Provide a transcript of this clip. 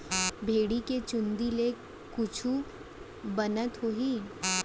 भेड़ी के चूंदी ले कुछु बनत होही?